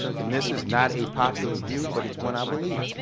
and this is not a popular view, but it's one i believe.